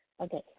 Okay